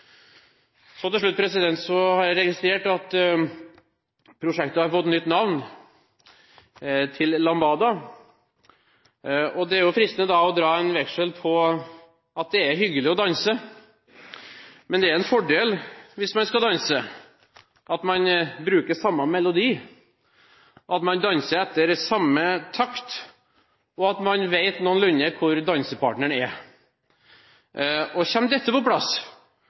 så måte helt og fullt til det representanten Olemic Thommessen sa når det gjelder at man må gjøre en hjemmelekse før man kommer til staten og ber om bidrag. Til slutt har jeg registrert at prosjektet har fått nytt navn: Lambada. Og det er jo fristende da å dra en veksel på at det er hyggelig å danse. Men det er en fordel, hvis man skal danse, at man bruker samme melodi, at man danser i samme takt